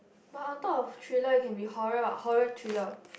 but on top of thriller it can be horror what horror thriller